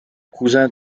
cousin